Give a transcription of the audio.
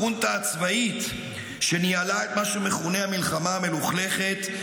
החונטה הצבאית שניהלה את מה שמכונה "המלחמה המלוכלכת",